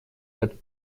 этот